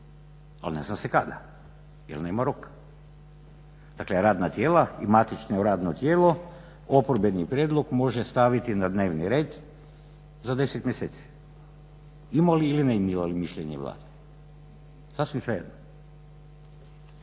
ali ne zna se kada jer nema roka. Dakle radna tijela i matično radno tijelo oporbeni prijedlog može staviti na dnevni red za 10 mjeseci, imali ili ne imali mišljenje Vlade, sasvim svejedno.